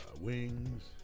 wings